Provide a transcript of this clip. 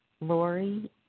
Lori